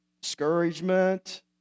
discouragement